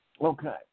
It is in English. okay